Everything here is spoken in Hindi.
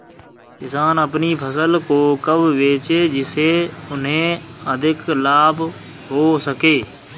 किसान अपनी फसल को कब बेचे जिसे उन्हें अधिक लाभ हो सके?